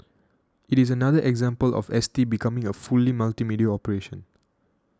it is another example of S T becoming a fully multimedia operation